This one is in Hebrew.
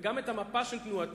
וגם את המפה של תנועתי,